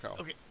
okay